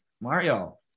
mario